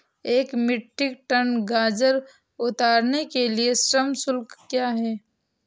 एक metric ton गाजर उतारने के लिए श्रम शुल्क क्या है?